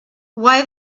why